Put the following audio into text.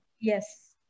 Yes